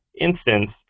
instance